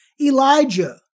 Elijah